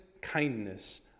kindness